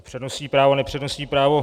Přednostní právo, nepřednostní právo...